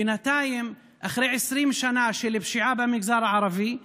בינתיים, אחרי 20 שנה של פשיעה במגזר הערבי,